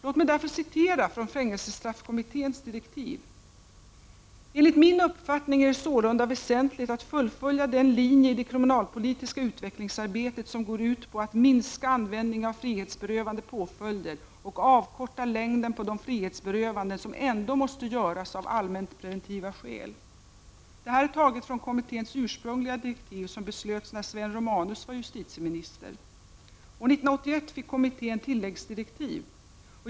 Låt mig citera från fängelsestraffkommitténs direktiv: ”Enligt min uppfattning är det sålunda väsentligt att fullfölja den linje i det kriminalpolitiska utvecklingsarbetet som går ut på att minska användningen av frihetsberövande påföljder och avkorta längden på de frihetsberövanden som ändå måste göras av allmänpreventiva skäl.” Detta är taget ur kommitténs ursprungliga direktiv, som beslöts när Sven Romanus var justitieminister. År 1981 fick kommittén tilläggsdirektiv.